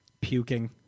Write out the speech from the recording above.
Puking